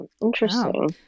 Interesting